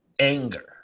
anger